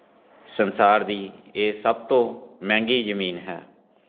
ਸੰਸਾਰ ਦੀ ਇਹ ਸਭ ਤੋਂ ਮਹਿੰਗੀ ਜਮੀਨ ਹੈ